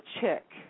chick